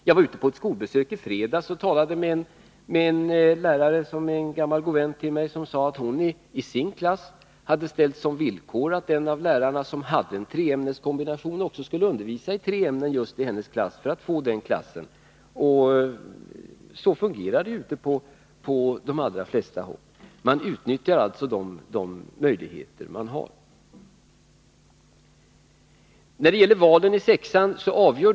Jag var ute på ett skolbesök i fredags, och jag talade då med en lärare som är en gammal god vän till mig. Hon berättade att hon hade ställt som villkor att en lärare som hade en treämneskombination också Nr 115 skulle undervisa i tre ämnen i hennes klass för att få just den klassen. Så Måndagen den fungerar det på de allra flesta håll. Man utnyttjar de möjligheter som man = 11 april 1983 har.